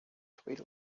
swayed